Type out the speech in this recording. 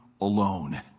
alone